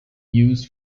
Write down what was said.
used